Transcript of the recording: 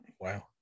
Wow